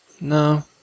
No